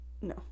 No